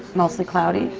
mostly cloudy,